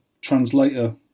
translator